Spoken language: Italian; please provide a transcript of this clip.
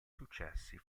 successi